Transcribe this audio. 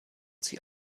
sie